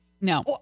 No